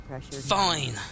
Fine